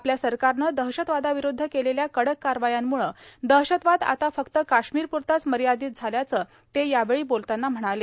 आपल्या सरकारनं दहशतवादाविरूद्ध केलेल्या कडक कारवायांमुळं दहशतवाद आता फक्त काश्मिरपुरताच मर्यादित झाल्याचं ते यावेळी बोलताना म्हणाले